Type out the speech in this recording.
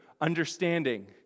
understanding